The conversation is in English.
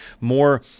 more